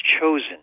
chosen